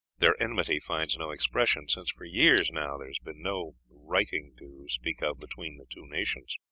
their enmity finds no expression, since for years now there has been no righting to speak of between the two nations.